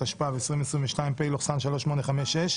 התשפ"ב-2022 (פ/3856),